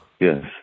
Yes